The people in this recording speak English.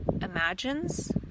imagines